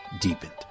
deepened